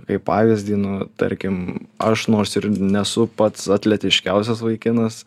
kaip pavyzdį nu tarkim aš nors ir nesu pats atletiškiausias vaikinas